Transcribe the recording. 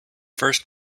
first